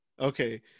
Okay